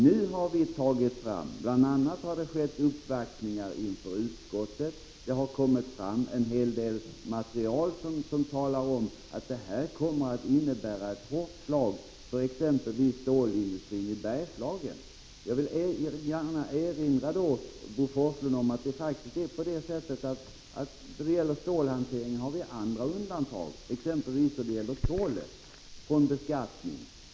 Nu har vi fått fram — bl.a. i samband med uppvaktningar inför utskottet — en hel del material som pekar på att förslaget kommer att innebära ett hårt slag mot exempelvis stålindustrin i Bergslagen. Jag vill erinra Bo Forslund om att det när det gäller stålhanteringen av industripolitiska skäl även har gjorts andra undantag från beskattningen.